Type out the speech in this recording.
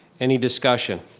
any discussion?